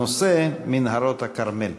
הנושא: מנהרות הכרמל.